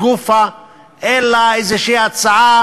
פשוט זה קל לה